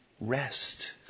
rest